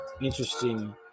interesting